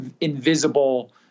invisible